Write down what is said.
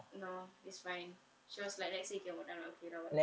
no it's fine she was like next year we can work lah okay lah whatever